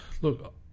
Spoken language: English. look